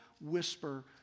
whisper